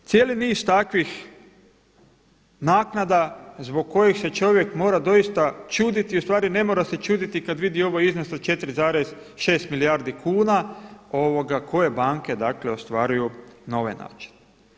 I cijeli niz takvih naknada zbog kojih se čovjek mora doista čuditi, ustvari ne mora se čuditi kada vidi ovaj iznos od 4,6 milijardi kuna koje banke dakle ostvaruju na ovaj način.